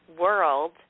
world